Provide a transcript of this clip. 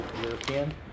European